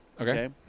Okay